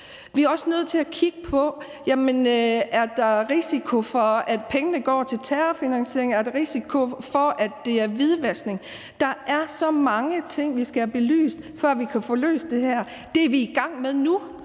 vi er også nødt til at kigge på, om der er en risiko for, at pengene går til terrorfinansiering, og om der er en risiko for, at der er hvidvaskning. Der er så mange ting, vi skal have belyst, før vi kan få løst det her. Det er vi i gang med nu.